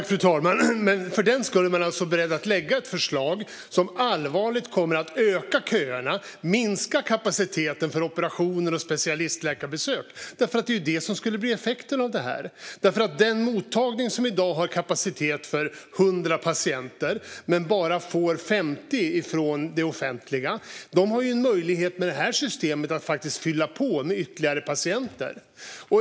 Fru talman! Socialdemokraterna är alltså beredda att lägga ett förslag som ökar köerna och minskar kapaciteten för operationer och specialistläkarbesök. Det är nämligen det som blir effekten. Den mottagning som i dag har kapacitet för 100 patienter, men bara får 50 från det offentliga, har med det nuvarande systemet möjlighet att fylla på med ytterligare patienter.